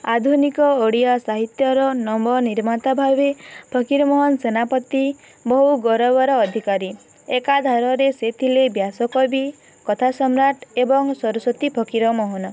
ଆଧୁନିକ ଓଡ଼ିଆ ସାହିତ୍ୟର ନବ ନିର୍ମାତା ଭାବେ ଫକୀରମୋହନ ସେନାପତି ବହୁ ଗୌରବର ଅଧିକାରୀ ଏକାଧାରରେ ସେ ଥିଲେ ବ୍ୟାସକବି କବି ସମ୍ରାଟ ଏବଂ ସରସ୍ଵତୀ ଫକୀରମୋହନ